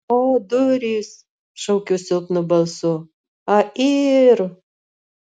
o durys šaukiu silpnu balsu a yr